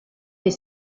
les